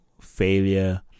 failure